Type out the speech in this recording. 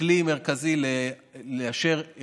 ככלי מרכזי לאשר,